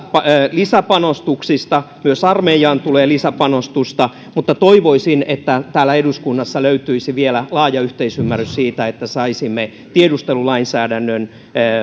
lisäpanostuksista myös armeijaan tulee lisäpanostusta mutta toivoisin että täällä eduskunnassa löytyisi vielä laaja yhteisymmärrys siitä että saisimme tiedustelulainsäädännön